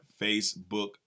Facebook